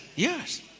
Yes